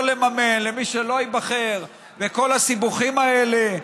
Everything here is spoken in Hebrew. לממן למי שלא ייבחר וכל הסיבוכים האלה,